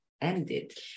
ended